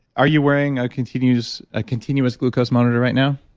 are you wearing a continuous ah continuous glucose monitor right now?